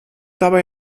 dabei